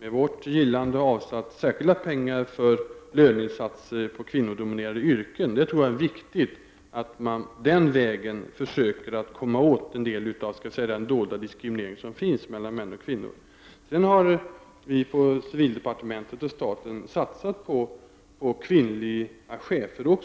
med vårt gillande, har avsatt pengar för särskilda löneinsatser i kvinnodominerade yrken. Jag tror att det är viktigt att man den vägen försöker att komma åt en del av den dolda diskriminering som finns mellan män och kvinnor. Dessutom har civildepartementet och staten satsat på kvinnliga chefer.